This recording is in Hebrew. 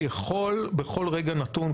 יכול בכל רגע נתון,